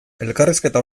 elkarrizketa